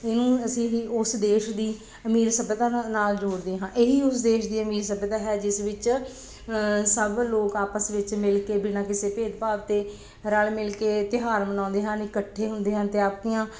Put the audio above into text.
ਇਹਨੂੰ ਅਸੀਂ ਹੀ ਉਸ ਦੇਸ਼ ਦੀ ਅਮੀਰ ਸੱਭਿਅਤਾ ਨਾ ਨਾਲ ਜੋੜਦੇ ਹਾਂ ਇਹੀ ਉਸ ਦੇਸ਼ ਦੀ ਅਮੀਰ ਸੱਭਿਅਤਾ ਹੈ ਜਿਸ ਵਿੱਚ ਸਭ ਲੋਕ ਆਪਸ ਵਿੱਚ ਮਿਲ ਕੇ ਬਿਨਾ ਕਿਸੇ ਭੇਦ ਭਾਵ ਤੋਂ ਰਲ ਮਿਲ ਕੇ ਤਿਉਹਾਰ ਮਨਾਉਂਦੇ ਹਨ ਇਕੱਠੇ ਹੁੰਦੇ ਹਨ ਅਤੇ ਆਪਣੀਆਂ